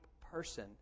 person